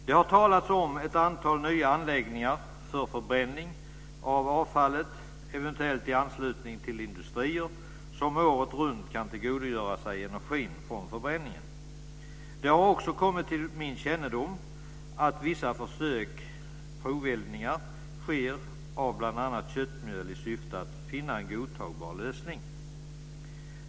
Det har talats om ett antal nya anläggningar för förbränning av avfallet eventuellt i anslutning till industrier som året runt kan tillgodogöra sig energin från förbränningen. Det har också kommit till min kännedom att vissa försök, proveldningar, sker av bl.a. köttmjöl i syfte att finna en godtagbar lösning.